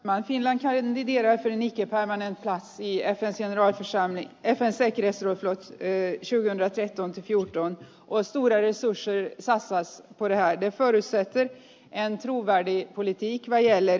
mäkinen ei vielä pyynikin paananen tanssii asian osaamme ja pääsee kirjassa ei syvennä tehtaan juntta osui resurssein salsaa voi näiden välissä ettei hän sinun äidin politiikka jälleen